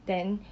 then